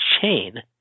chain